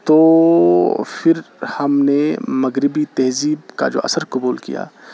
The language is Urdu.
تو پھر ہم نے مغربی تہذیب کا جو اثر قبول کیا